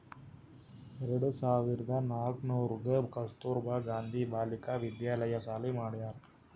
ಎರಡು ಸಾವಿರ್ದ ನಾಕೂರ್ನಾಗ್ ಕಸ್ತೂರ್ಬಾ ಗಾಂಧಿ ಬಾಲಿಕಾ ವಿದ್ಯಾಲಯ ಸಾಲಿ ಮಾಡ್ಯಾರ್